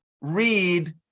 read